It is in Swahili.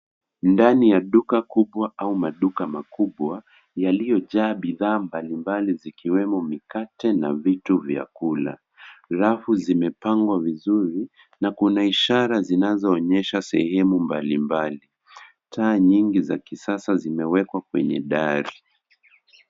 Ndani ya duka Kubwa au maduka makubwa yaliyojaa bidhaa mbali mbali zikiwemo mikate na vitu vya kula, rafu zimepangwa vizuri na kuna ishara zinazonyesha sehemu mbali mbali, taa nyingi za kisasa zimewekwa kwenye dari.